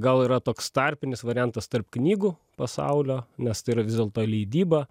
gal yra toks tarpinis variantas tarp knygų pasaulio nes tai yra vis dėlto leidyba